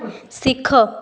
ଶିଖ